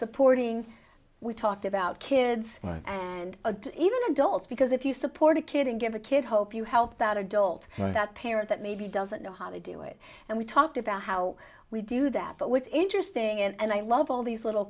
supporting we talked about kids and even adults because if you support a kid and give a kid hope you help out adult that parent that maybe doesn't know how to do it and we talked about how we do that but what's interesting and i love all these little